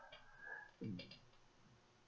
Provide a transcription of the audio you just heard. mm